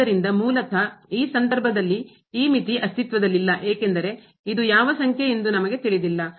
ಆದ್ದರಿಂದ ಮೂಲತಃ ಈ ಸಂದರ್ಭದಲ್ಲಿ ಈ ಮಿತಿ ಅಸ್ತಿತ್ವದಲ್ಲಿಲ್ಲ ಏಕೆಂದರೆ ಇದು ಯಾವ ಸಂಖ್ಯೆ ಎಂದು ನಮಗೆ ತಿಳಿದಿಲ್ಲ